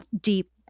deep